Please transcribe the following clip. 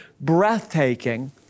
breathtaking